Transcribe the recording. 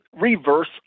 reverse